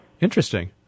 Interesting